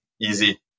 easy